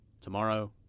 Tomorrow